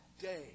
day